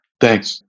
Thanks